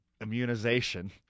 immunization